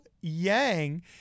Yang